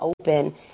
open